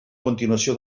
continuació